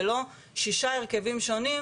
ולא שישה הרכבים שונים,